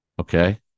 Okay